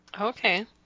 Okay